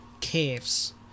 caves